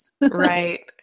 right